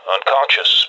Unconscious